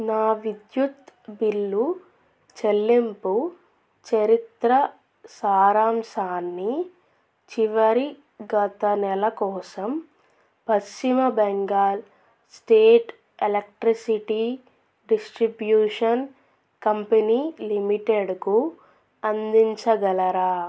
నా విద్యుత్ బిల్లు చెల్లింపు చరిత్ర సారాంశాన్ని చివరి గత నెల కోసం Paschim Bengal state electricity distribution company లిమిటెడ్కు అందించగలరా